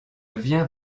viens